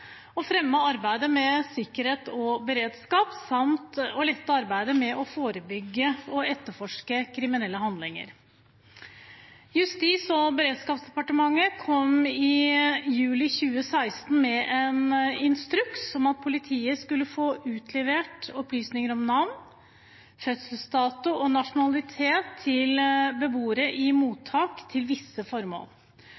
fremme arbeidet med sikkerhet og beredskap samt lette arbeidet med å forebygge og etterforske kriminelle handlinger. Justis- og beredskapsdepartementet kom i juli 2016 med en instruks om at politiet skulle få utlevert opplysninger om navn, fødselsdato og nasjonalitet til beboere i